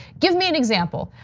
give me an example.